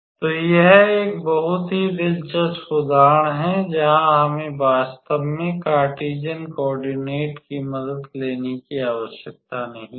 तो यह एक बहुत ही दिलचस्प उदाहरण है जहां हमें वास्तव में कार्टेशियन कॉओरडीनेत की मदद लेने की आवश्यकता नहीं थी